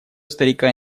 старика